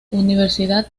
universidad